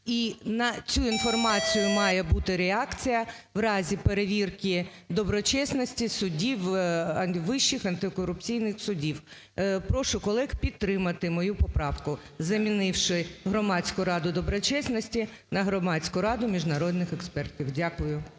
і на цю інформацію має бути реакція в разі перевірки доброчесності суддів Вищих антикорупційних судів. Прошу колег підтримати мою поправку, замінивши "Громадську раду доброчесності" на "Громадську раду міжнародних експертів". Дякую.